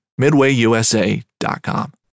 midwayusa.com